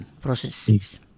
processes